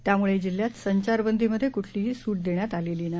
त्यामुळे जिल्ह्यात संचारबंदीमध्ये कुठलीही सू उद्देण्यात आलेली नाही